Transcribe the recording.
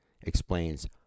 explains